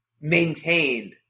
maintain